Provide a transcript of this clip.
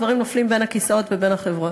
דברים נופלים בין הכיסאות ובין החברות.